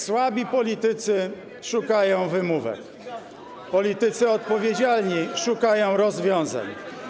Słabi politycy szukają wymówek, politycy odpowiedzialni szukają rozwiązań.